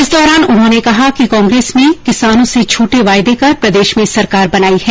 इस दौरान उन्होंने कहा कि कांग्रेस ने किसानों से झूठे वायदे कर प्रदेश में सरकार बनाई है